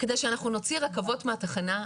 כדי שאנחנו נוציא רכבות מהתחנה,